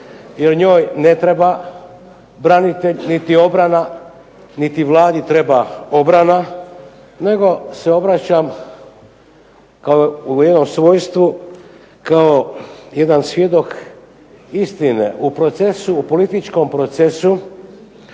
jer njoj ne treba branitelj niti obrana niti Vladi treba obrana, nego se obraćam u …/Govornik se ne razumije./… svojstvu kao jedan svjedok istine u procesu, političkom procesu